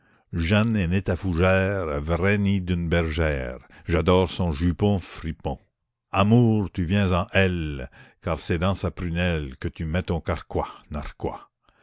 née à fougère vrai nid d'une bergère j'adore son jupon amour tu viens en elle car c'est dans sa prunelle que tu mets ton carquois narquois